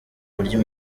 uburyo